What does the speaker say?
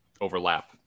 overlap